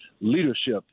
leadership